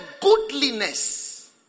goodliness